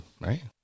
right